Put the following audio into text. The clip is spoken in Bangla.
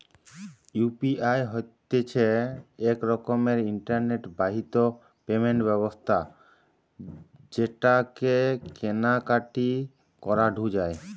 ইউ.পি.আই হতিছে এক রকমের ইন্টারনেট বাহিত পেমেন্ট ব্যবস্থা যেটাকে কেনা কাটি করাঢু যায়